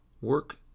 work